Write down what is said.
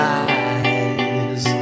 eyes